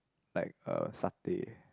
like uh satay